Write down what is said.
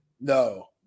No